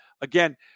again